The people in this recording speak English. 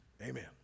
Amen